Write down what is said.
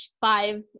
five